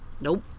Nope